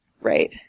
Right